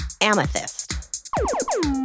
Amethyst